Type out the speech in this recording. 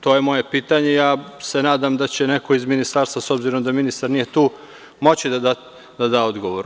To je moje pitanje, ja se nadam da će neko iz Ministarstva, s obzirom da ministar nije tu, moći da da odgovor.